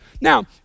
Now